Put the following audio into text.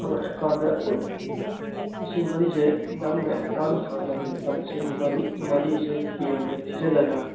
ꯑꯦꯛꯀꯥꯎꯟꯗ ꯂꯤꯁꯤꯡ ꯃꯔꯤꯁꯦ ꯅꯪꯅ ꯑꯦꯛꯀꯥꯎꯟ ꯍꯥꯡꯕ ꯂꯨꯄꯥ ꯂꯤꯁꯤꯡ ꯃꯔꯤꯁꯦ ꯕꯦꯡꯗ ꯊꯤꯖꯤꯜꯂꯒ